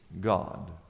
god